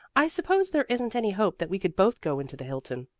i suppose there isn't any hope that we could both go into the hilton.